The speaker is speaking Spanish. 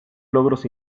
logros